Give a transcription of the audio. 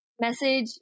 message